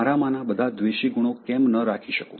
મારામાંના બધાં દ્વેષી ગુણો કેમ ન રાખી શકું